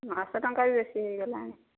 ନଅଶହ ଟଙ୍କା ବି ବେଶୀ ହେଇଗଲାଣି